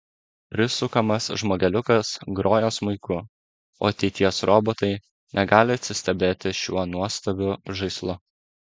prisukamas žmogeliukas groja smuiku o ateities robotai negali atsistebėti šiuo nuostabiu žaislu